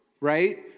right